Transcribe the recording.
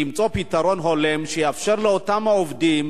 למצוא פתרון הולם שיאפשר לאותם עובדים